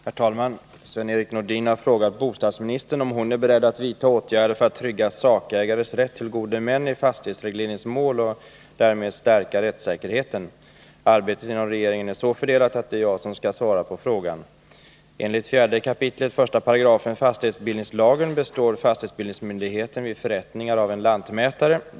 Herr talman! Sven-Erik Nordin har frågat bostadsministern om hon är beredd att vidta åtgärder för att trygga sakägares rätt till gode män i fastighetsregleringsmål och därmed stärka rättssäkerheten. Arbetet inom regeringen är så fördelat att det är jag som skall svara på frågan. Enligt 4 kap. 1 § fastighetsbildningslagen består fastighetsbildningsmyndigheten vid förrättningar av en lantmätare.